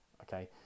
okay